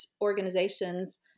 organizations